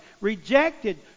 rejected